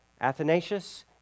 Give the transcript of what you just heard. Athanasius